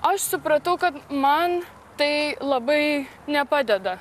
aš supratau kad man tai labai nepadeda